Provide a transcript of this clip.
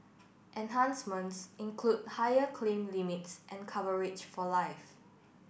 enhancements include higher claim limits and coverage for life